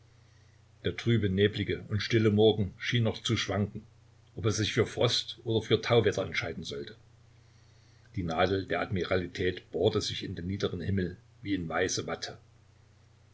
der trübe neblige und stille morgen schien noch zu schwanken ob er sich für frost oder für tauwetter entscheiden solle die nadel der admiralität bohrte sich in den niederen himmel wie in weiße watte